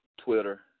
Twitter